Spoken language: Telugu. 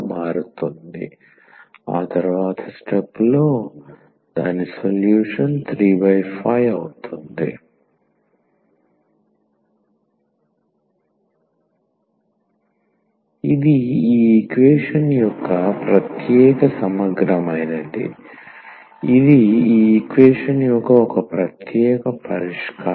1D2D53 35 ఇది ఈఈక్వేషన్ యొక్క ప్రత్యేక సమగ్రమైనది ఇది ఈ ఈక్వేషన్ యొక్క ఒక ప్రత్యేక పరిష్కారం